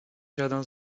jardins